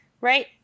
Right